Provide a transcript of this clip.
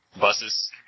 buses